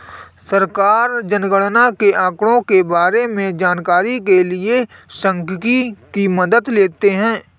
सरकार जनगणना के आंकड़ों के बारें में जानकारी के लिए सांख्यिकी की मदद लेते है